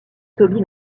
toby